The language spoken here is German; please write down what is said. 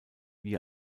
wie